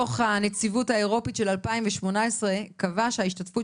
דו"ח הנציבות האירופאית של שנת 2018 קבע שההשתתפות